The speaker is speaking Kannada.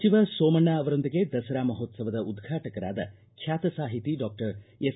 ಸಚಿವ ಸೋಮಣ್ಣ ಅವರೊಂದಿಗೆ ದಸರಾ ಮಹೋತ್ಸವದ ಉದ್ಘಾಟಕರಾದ ಬ್ಯಾತ ಸಾಹಿತಿ ಡಾಕ್ಟರ್ ಎಸ್